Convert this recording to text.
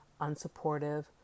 unsupportive